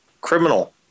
Criminal